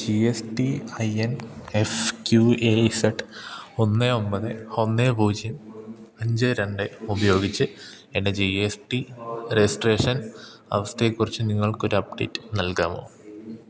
G S T I N F Q A Z ഒന്ന് ഒന്പത് ഒന്ന് പൂജ്യം അഞ്ച് രണ്ട് ഉപയോഗിച്ച് എൻ്റെ ജി എസ് ടി രജിസ്ട്രേഷൻ അവസ്ഥയെക്കുറിച്ച് നിങ്ങൾക്കൊരപ്ഡേറ്റ് നൽകാമോ